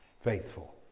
faithful